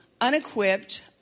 unequipped